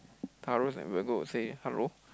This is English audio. Taurus and Virgo will say hello